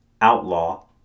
outlaw